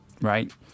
right